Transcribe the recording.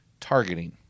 targeting